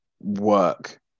work